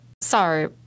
Sorry